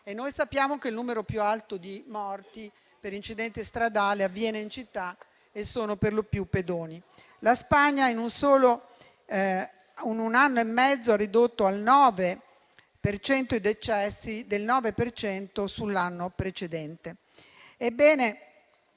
e noi sappiamo che il numero più alto di morti per incidente stradale avviene in città e sono perlopiù pedoni. La Spagna, in un anno e mezzo, ha ridotto del 9 per cento i decessi sull'anno precedente.